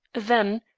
then,